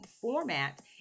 format